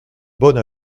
bonne